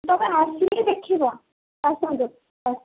ତମେ ଆସିକି ଦେଖିବ ଆସନ୍ତୁ